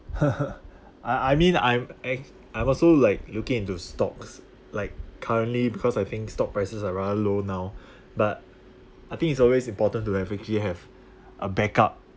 I I mean I'm I'm also like looking into stocks like currently because I think stock prices are rather low now but I think it's always important to have actually have a backup